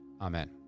Amen